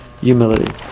humility